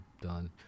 done